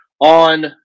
On